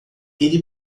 ele